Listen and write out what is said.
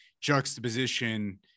juxtaposition